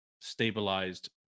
stabilized